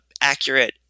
accurate